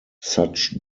such